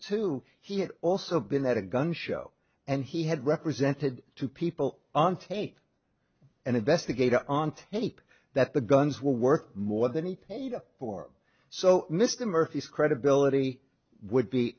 two he had also been at a gun show and he had represented two people on tape and investigator on tape that the guns will work more than he paid for so mr murphy's credibility would be